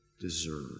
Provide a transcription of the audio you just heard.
deserve